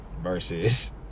Versus